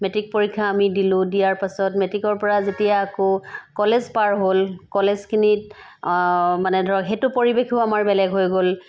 matric পৰীক্ষা আমি দিলোঁ দিয়াৰ পাছত মেট্ৰিকৰ পৰা যেতিয়া আকৌ কলেজ পাৰ হ'ল কলেজখিনিত মানে ধৰক সেইটো পৰিৱেশো আমাৰ বেলেগ হৈ গ'ল